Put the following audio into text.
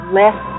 less